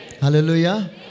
Hallelujah